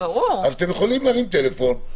אז אתם יכולים להרים טלפון,